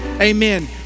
Amen